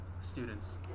students